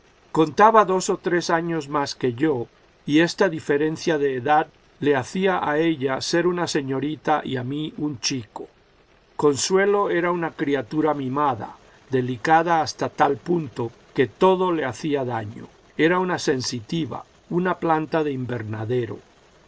contaba dos o tres años más que yo y esta diferencia de edad le hacía a ella ser una señorita y a mí un chico consuelo era una criatura mimada delicada hasta tal punto que todo le hacía daño era una sensitiva una planta de invernadero